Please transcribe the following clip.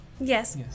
Yes